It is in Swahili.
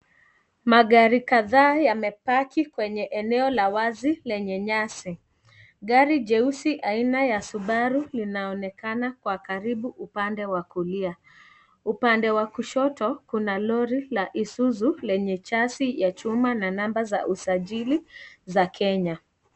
Magari kadhaa yamepaki kwenye eneo la wazi lenye nyasi, gari jeusi aina ya Subaru kwa karibu upande wa kulia. Upande wa kushoto kuna lori la Isuzu lenye chasi ya chuma na namba za usajili za Kenya.